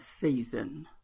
season